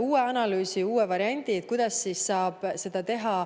uue analüüsi ja [pakub] uue variandi, kuidas saaks seda teha